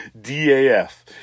D-A-F